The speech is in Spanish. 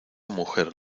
mujer